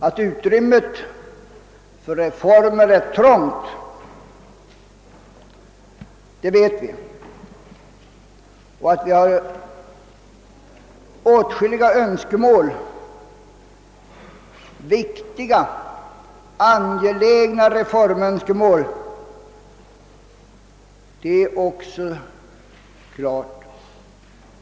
Att utrymmet för reformer är dåligt vet vi, liksom att önskemålen om viktiga och angelägna reformer är många.